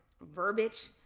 verbiage